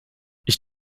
ich